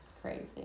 Crazy